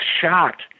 shocked